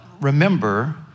remember